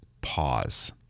pause